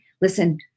listen